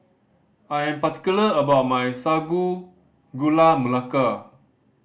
I am particular about my Sago Gula Melaka